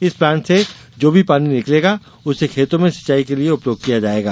इस प्लांट से जो भी पानी निकलेगा उसे खेतों में सिचाई के लिये उपयोग किया जाएगा